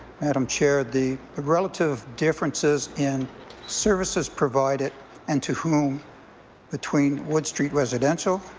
madam chair, the relative differences in services provided and to whom between wood street residential,